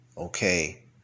Okay